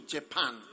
Japan